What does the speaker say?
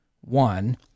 one